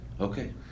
Okay